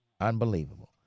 Unbelievable